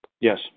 Yes